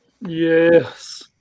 Yes